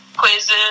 Quizzes